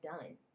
done